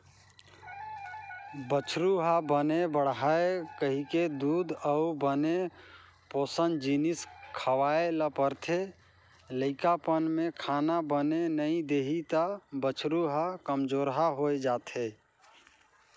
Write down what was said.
बछरु ह बने बाड़हय कहिके दूद अउ बने पोसन जिनिस खवाए ल परथे, लइकापन में खाना बने नइ देही त बछरू ह कमजोरहा हो जाएथे